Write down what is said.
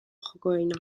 jokoena